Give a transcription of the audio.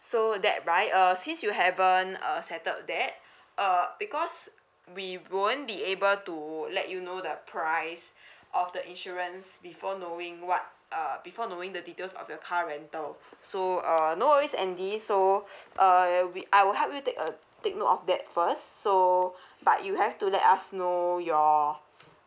so that right uh since you haven't uh settled that uh because we won't be able to let you know the price of the insurance before knowing what uh before knowing the details of your car rental so uh no worries andy so uh we I will help you take a take note of that first so but you have to let us know your